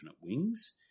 wings